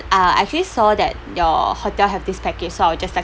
uh actually saw that your hotel have this package so I would just like